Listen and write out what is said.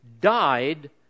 died